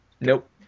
Nope